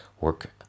work